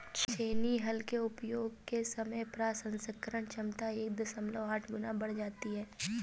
छेनी हल के उपयोग से समय प्रसंस्करण क्षमता एक दशमलव आठ गुना बढ़ जाती है